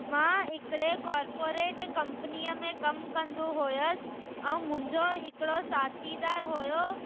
मां हिकिड़े कॉर्पोरेट कंपनीअ में कमु कंदो हुउसि ऐं मुंहिंजो हिकिड़ो साथीदार हुओ